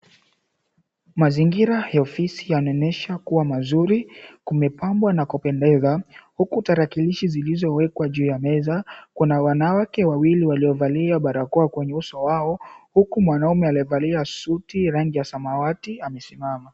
Mazingira ya ofisi yanaonyesha kuwa mazuri yamepambwa na kupendeza huku tarakilishi zilizowekwa juu ya meza, kuna wanawake wawili waliovalia barakoa kwenye uso wao huku mwanaume aliyevalia suti rangi ya samawati amesimama.